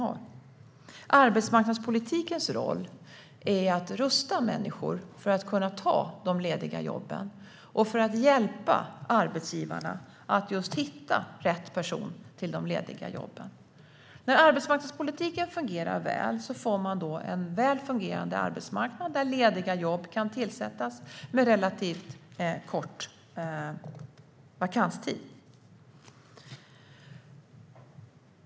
Arbetsmarknadspolitikens roll är att rusta människor för att kunna ta de lediga jobben och för att hjälpa arbetsgivarna att hitta rätt person till de lediga jobben. När arbetsmarknadspolitiken fungerar väl får man en väl fungerande arbetsmarknad där lediga jobb kan tillsättas med relativt kort vakanstid.